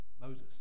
Moses